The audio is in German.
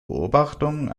beobachtungen